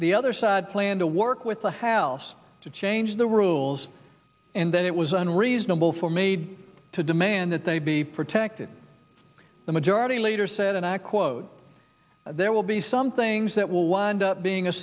the other side plan to work with the house to change the rules and that it was unreasonable for maid to demand that they be protected the majority leader said and i quote there will be some things that will wind up being a